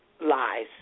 Lies